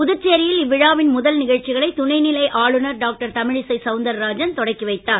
புதுச்சேரியில் இவ்விழாவின் முதல் நிகழ்ச்சிகளைத் துணைநிலை ஆளுநர் டாக்டர் தமிழிசை சவுந்தரராஜன் தொடக்கி வைத்தார்